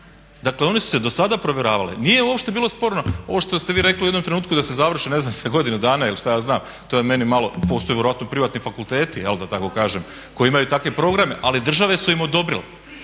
dakle one su se dosada provjeravale i nije uopće bilo sporno ovo što ste vi rekli u jednom trenutku da se završi za ne znam godinu dana ili što ja znam, to je meni malo, postoje vjerojatno privatni fakulteti da tako kažem koji imaju takve programe ali države su im odobrile.